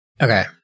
Okay